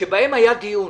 שבהם היה דיון,